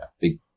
big